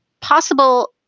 possible